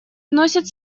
вносит